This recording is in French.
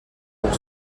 pour